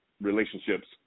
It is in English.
relationships